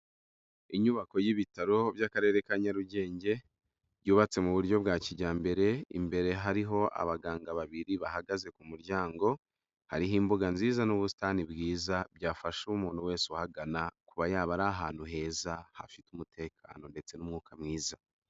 Inyubako y'ibitaro by'akarere ka Nyarugenge byubatse mu buryo bwa kijyambere, imbere hariho abaganga babiri bahagaze ku muryango, hari imbuga nziza n'ubusitani bwiza byafasha umuntu wese uhagana kuba yaba ari ahantu heza hafite umutekano ndetse n'umwuka mwiza.